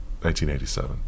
1987